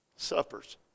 Suffers